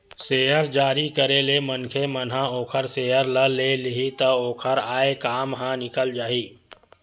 share जारी करे ले मनखे मन ह ओखर सेयर ल ले लिही त ओखर आय काम ह निकल जाही